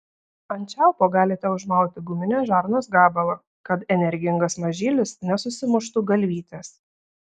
ant čiaupo galite užmauti guminės žarnos gabalą kad energingas mažylis nesusimuštų galvytės